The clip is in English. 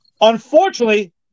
Unfortunately